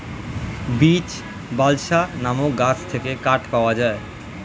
beech, balsa নামক গাছ থেকে কাঠ পাওয়া যায়